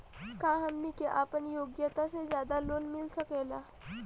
का हमनी के आपन योग्यता से ज्यादा लोन मिल सकेला?